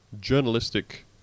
journalistic